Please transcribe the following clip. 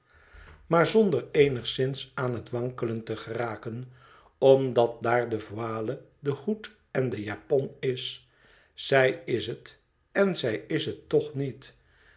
maar zonder eenigszins aan het wankelen te geraken omdat dat daar de voile de hoed en de japon is zij is het en zij is het toch niet